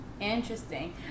Interesting